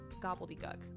gobbledygook